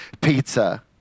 pizza